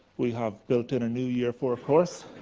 we have built in a new year four course.